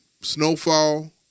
Snowfall